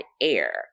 Air